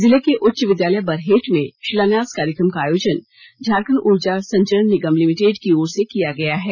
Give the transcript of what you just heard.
जिले के उच्च विद्यालय बरहेट में शिलान्यास कार्यक्रम का आयोजन झारखंड ऊर्जा संचरण निगम लिमिटेड की ओर से किया गया है